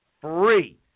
free